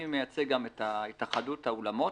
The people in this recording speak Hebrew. אני מייצג גם את התאחדות האולמות,